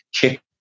kick